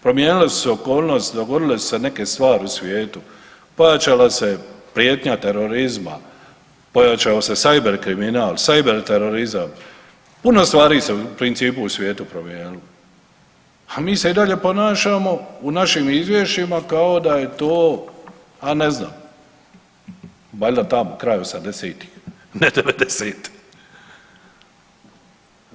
Promijenile su se okolnosti, dogodile su se neke stvari u svijetu, pojačala se prijetnja terorizma, pojačao se cyber kriminal, cyber terorizam, puno stvari se u principu u svijetu promijenilo, a mi se i dalje ponašamo u našim izvješćima kao da je to, a ne znam, valjda tamo kraj 80-ih, ne '90.